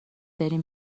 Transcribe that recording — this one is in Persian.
بریم